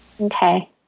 Okay